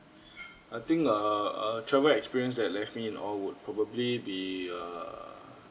I think err uh travel experience that left me in awe would probably be err